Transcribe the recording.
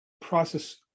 process